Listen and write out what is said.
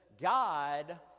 God